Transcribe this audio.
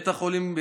בית החולים,